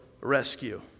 rescue